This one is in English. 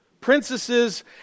princesses